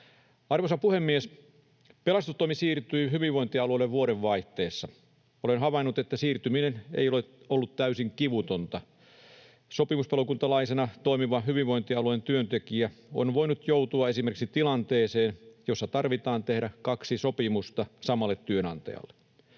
Arvoisa puhemies! Pelastustoimi siirtyy hyvinvointialueille vuodenvaihteessa. Olen havainnut, että siirtyminen ei ole ollut täysin kivutonta. Sopimuspalokuntalaisena toimiva hyvinvointialueen työntekijä on voinut joutua esimerkiksi tilanteeseen, jossa tarvitsee tehdä kaksi sopimusta samalle työnantajalle.